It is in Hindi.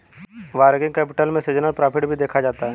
वर्किंग कैपिटल में सीजनल प्रॉफिट भी देखा जाता है